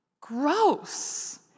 gross